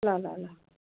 ल ल ल